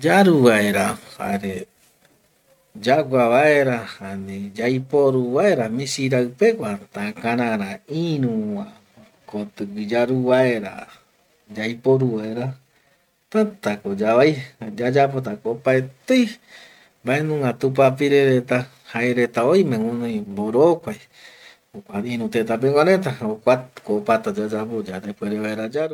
﻿Yaru vaera jare yagua vaera, ani yaiporu vaera misirai pegua takarara irüva kotigui, yaru vaera yaiporu vaera tätako yavai yayapotako opaetei mbaenunga tupapire reta jaereta oime guinoi mborokuai jokua iru tëtapeguä reta, jokuako opata yayapo yande puere vaera yaru